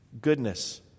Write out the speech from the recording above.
goodness